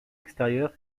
extérieure